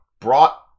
brought